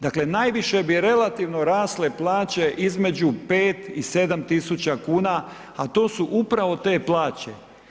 Dakle najviše bi relativno rasle plaće između 5 i 7 tisuća kuna a to su upravo te plaće.